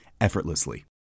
effortlessly